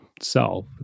self